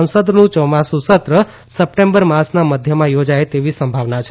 સંસદનું યોમાસુ સત્ર સપ્ટેમ્બર માસના મધ્યમાં યોજાય તેવી સંભાવના છે